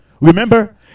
remember